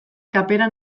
kapera